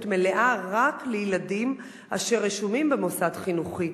מלאה רק לילדים אשר רשומים במוסד חינוכי,